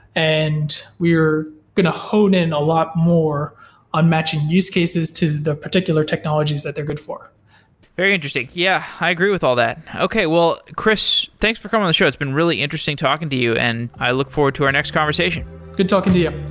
and we are going to hone in a lot more on matching use cases to the particular technologies that they're good for very interesting. yeah, i agree with all that. okay, well chris, thanks for coming on the show. it's been really interesting talking to you. and i look forward to our next conversation good talking to you.